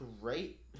great